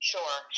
Sure